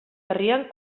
herrian